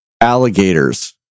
Alligators